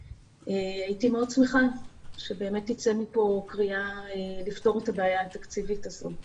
הייתי מאוד שמחה שתצא מפה קריאה לפתור את הבעיה התקציבית הזאת.